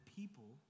people